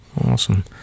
Awesome